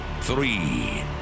three